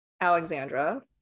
Alexandra